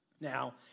Now